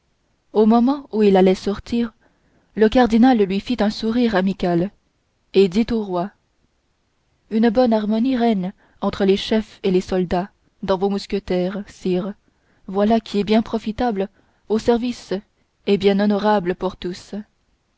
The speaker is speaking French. au moment où il allait sortir le cardinal lui fit un sourire amical et dit au roi une bonne harmonie règne entre les chefs et les soldats dans vos mousquetaires sire voilà qui est bien profitable au service et bien honorable pour tous